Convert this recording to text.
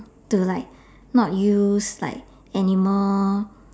to like not use like animal